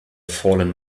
fallen